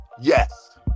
Yes